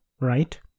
Right